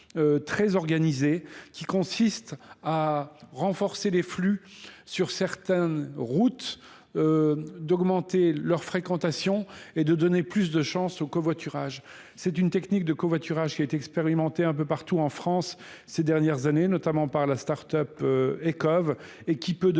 très organisé qui consiste à renforcer les flux sur certaines routes d'augmenter leur fréquentation et de donner plus de chance au covoiturage C'est une technique de covoiturage qui est expérimentée un peu partout en France ces dernières années, notamment par la startup Cov, et qui peut donner